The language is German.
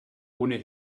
ohne